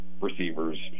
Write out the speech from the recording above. receivers